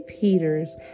Peters